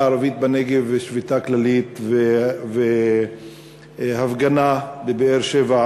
הערבית בנגב שביתה כללית והפגנה בבאר-שבע,